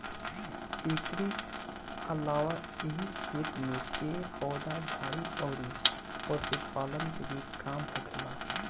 एकरी अलावा एही खेत में पेड़ पौधा, झाड़ी अउरी पशुपालन के भी काम होखेला